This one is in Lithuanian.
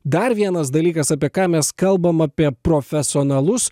dar vienas dalykas apie ką mes kalbam apie profesionalus